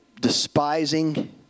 despising